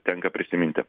tenka prisiminti